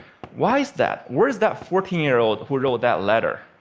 why is that? where is that fourteen year old who wrote that letter?